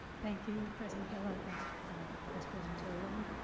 thank you, president kellogg. thanks, and vice president terri long.